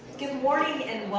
good morning and